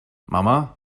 mama